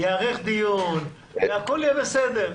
ייערך דיון והכול יהיה בסדר.